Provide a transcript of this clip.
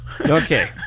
Okay